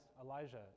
Elijah